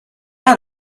out